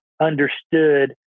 understood